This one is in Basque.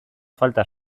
falta